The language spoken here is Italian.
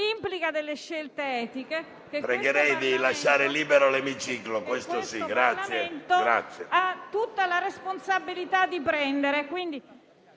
implica scelte etiche che questo Parlamento ha tutta la responsabilità di prendere.